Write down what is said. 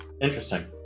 Interesting